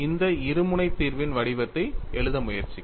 இந்த இருமுனை தீர்வின் வடிவத்தை எழுத முயற்சிக்கவும்